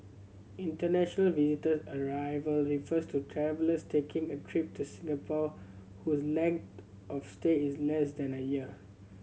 international visitor arrival refer to travellers taking a trip to Singapore whose length of stay is less than a year